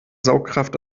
saugkraft